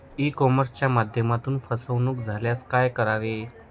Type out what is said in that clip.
E कॉमर्सच्या माध्यमातून फसवणूक झाल्यास काय करावे?